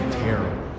terrible